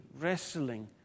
wrestling